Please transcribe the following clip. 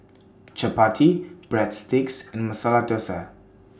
Chapati Breadsticks and Masala Dosa